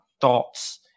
thoughts